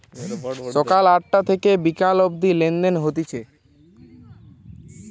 সকাল আটটা থিকে বিকাল অব্দি লেনদেন হচ্ছে